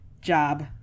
job